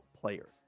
players